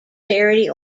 charity